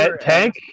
Tank